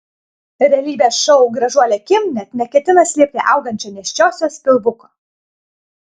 realybės šou gražuolė kim net neketina slėpti augančio nėščiosios pilvuko